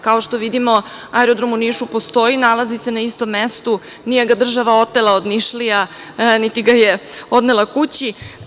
Kao što vidimo, aerodrom u Nišu postoji, nalazi se na istom mestu, nije ga država otela od Nišlija, niti ga je odnela kući.